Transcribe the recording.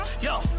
yo